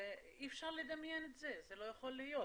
זה אי אפשר לדמיין את זה, זה לא יכול להיות.